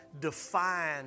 define